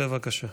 בבקשה.